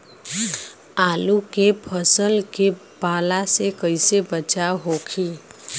आलू के फसल के पाला से कइसे बचाव होखि?